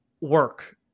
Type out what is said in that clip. work